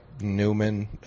Newman